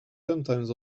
sometimes